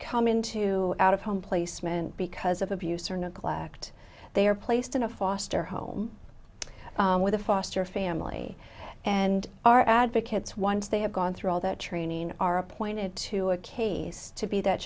come into out of home placement because of abuse or neglect they are placed in a foster home with a foster family and our advocates once they have gone through all the training are appointed to a case to be that